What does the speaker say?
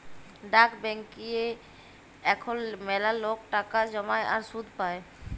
ডাক ব্যাংকিংয়ে এখল ম্যালা লক টাকা জ্যমায় আর সুদ পায়